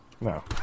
No